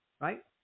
right